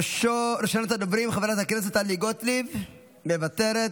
ראשונת הדוברים, חברת הכנסת טלי גוטליב, מוותרת,